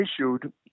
issued